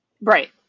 Right